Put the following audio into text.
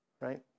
right